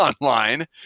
online